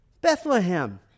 Bethlehem